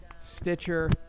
Stitcher